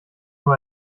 nur